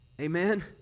amen